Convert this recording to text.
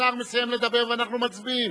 השר מסיים לדבר ואנחנו מצביעים.